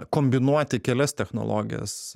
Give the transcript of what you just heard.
kombinuoti kelias technologijas